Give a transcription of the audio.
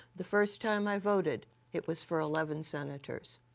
the first time i voted it was for eleven senators.